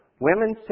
Women